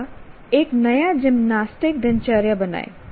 या एक नया जिमनास्टिक दिनचर्या बनाएं